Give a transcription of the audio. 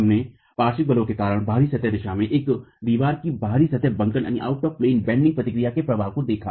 हमने पार्श्व बलों के कारण बहरी सतह दिशा में एक दीवार की बहरी सतह बंकन प्रतिक्रिया के प्रभाव को देखा